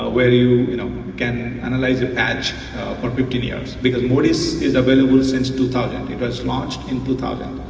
ah where you you know can analyze a patch of activity, ah because modis is available since two thousand. it was launched in two thousand.